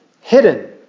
hidden